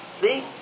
See